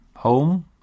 home